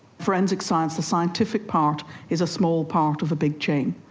forensic science, the scientific part is a small part of a big chain,